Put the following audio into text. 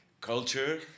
culture